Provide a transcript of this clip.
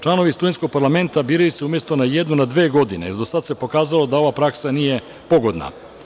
Članovi studentskog parlamenta biraju se umesto na jednu, na dve godine, jer do sad se pokazalo da ova praksa nije pogodna.